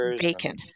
bacon